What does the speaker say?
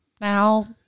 now